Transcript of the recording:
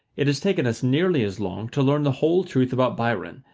it has taken us nearly as long to learn the whole truth about byron,